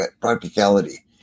practicality